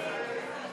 נגד?